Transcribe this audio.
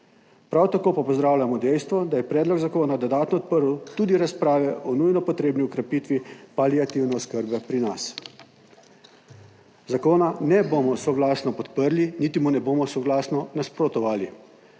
Prav tako pa pozdravljamo dejstvo, da je predlog zakona dodatno odprl tudi razprave o nujno potrebni okrepitvi paliativne oskrbe pri nas. Zakona ne bomo soglasno podprli niti mu ne bomo soglasno nasprotovali.